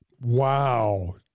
Wow